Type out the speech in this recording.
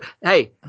Hey